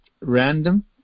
random